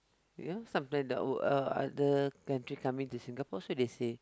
ya sometime the uh other country come in to Singapore also they say